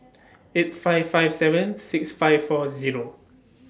eight five five seven six five four Zero